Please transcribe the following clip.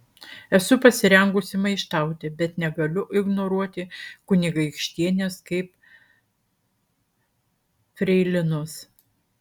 esu pasirengusi maištauti bet negaliu ignoruoti kunigaikštienės kaip freilinos